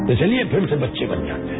तो चलिए फिर से बच्चे बन जाते हैं